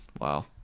Wow